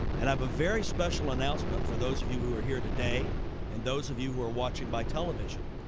and i've a very special announcement for those of you who are here today and those of you who are watching by television.